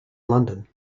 london